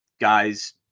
guys